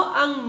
ang